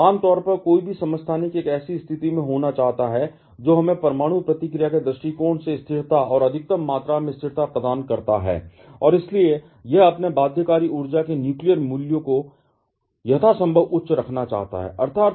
आम तौर पर कोई भी समस्थानिक एक ऐसी स्थिति में होना चाहता है जो हमें परमाणु प्रतिक्रिया के दृष्टिकोण से स्थिरता और अधिकतम मात्रा में स्थिरता प्रदान करता है और इसलिए यह अपने बाध्यकारी ऊर्जा के न्यूक्लियर मूल्य को यथासंभव उच्च करना चाहता है अर्थात